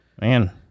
Man